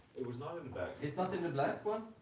it was not in the bag. it's not in the black one?